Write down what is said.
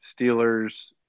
Steelers